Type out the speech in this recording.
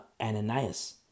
Ananias